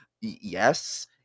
Yes